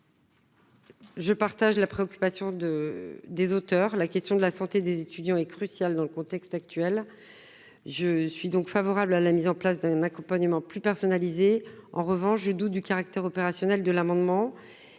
Je partage la préoccupation des auteurs de l'amendement n° II-520 : la santé des étudiants est une question cruciale dans le contexte actuel. Je suis donc favorable à la mise en place d'un accompagnement plus personnalisé. En revanche, je doute du caractère opérationnel de l'amendement